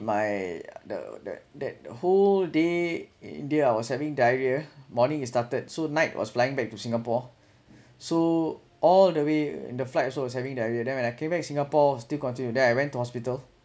my the that that the whole day india was having diarrhea morning it started so night was flying back to singapore so all the way in the flight also was having diarrhea then when I came back singapore still continue then I went to hospital